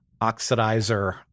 oxidizer